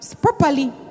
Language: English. properly